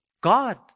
God